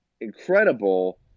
incredible